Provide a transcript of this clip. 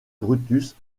brutus